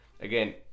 again